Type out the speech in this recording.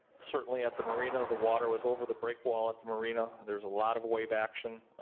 certainly at the marina, the water was over the breakwall at the marina, there was a lot of wave action.